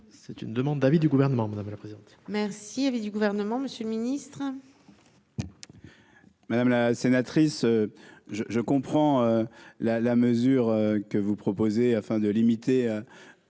C'est une demande d'avis du gouvernement, vous avez l'impression. Merci avait du gouvernement Monsieur le Ministre. Madame la sénatrice je je comprends la la mesure que vous proposez, afin de limiter,